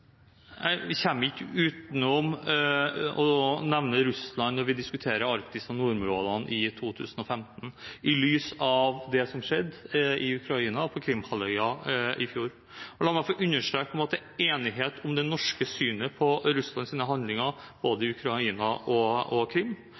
Jeg kommer ikke utenom å nevne Russland når vi diskuterer Arktis og nordområdene i 2015, i lys av det som skjedde i Ukraina og på Krimhalvøya i fjor. La meg få understreke at det er enighet om det norske synet på Russlands handlinger både i Ukraina og på Krim, og